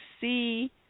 see